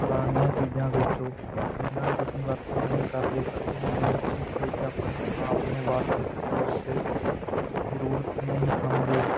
ਪੁਰਾਣੀਆਂ ਚੀਜ਼ਾਂ ਵੇਚੋ ਜਿਨ੍ਹਾਂ ਦੀ ਤੁਸੀਂ ਵਰਤੋਂ ਨਹੀਂ ਕਰਦੇ ਅਤੇ ਨੇੜੇ ਭਵਿੱਖ ਵਿੱਚ ਆਪਣੇ ਆਪ ਨੂੰ ਵਾਸਤਵਿਕ ਤੌਰ ਉੱਤੇ ਜ਼ਰੂਰਤ ਨਹੀਂ ਸਮਝਦੇ